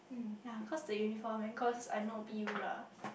ya cause the uniform and cause I know a bit !eww! lah